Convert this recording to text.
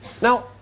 Now